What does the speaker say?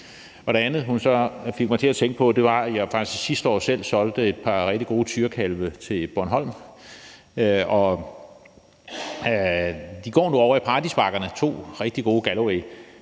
Det andet, hun så fik mig til at tænke på, var, at jeg faktisk sidste år selv solgte et par rigtig gode tyrekalve til Bornholm. De går nu ovre i Paradisbakkerne, to rigtig gode Gallowaytyre,